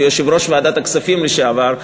כיושב-ראש ועדת הכספים לשעבר,